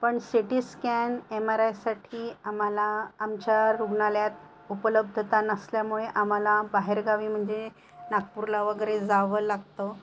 पण C T scan M R आयसाठी आम्हाला आमच्या रुग्णालयात उपलब्धता नसल्यामुळे आम्हाला बाहेरगावी म्हणजे नागपूरला वगैरे जावं लागतं